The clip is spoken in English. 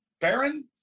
baron